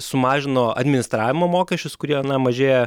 sumažino administravimo mokesčius kurie na mažėja